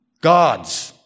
God's